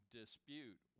dispute